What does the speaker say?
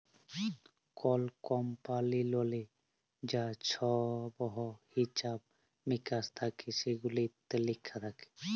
call কমপালিললে যা ছহব হিছাব মিকাস থ্যাকে সেগুলান ইত্যে লিখা থ্যাকে